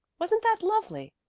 wasn't that lovely?